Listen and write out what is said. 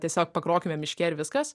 tiesiog pagrokime miške ir viskas